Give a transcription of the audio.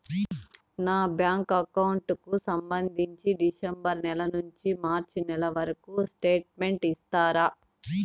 నా bank account కు సంబంధించి డిసెంబరు నెల నుండి మార్చి నెలవరకు స్టేట్మెంట్ ఇస్తారా?